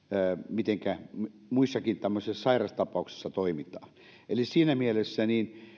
mitenkä muissakin esimerkiksi tämmöisissä sairaustapauksissa toimitaan eli siinä mielessä